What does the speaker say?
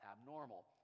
abnormal